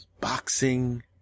Boxing